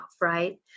right